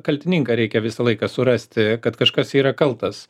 kaltininką reikia visą laiką surasti kad kažkas yra kaltas